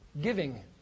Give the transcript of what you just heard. Giving